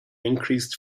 increased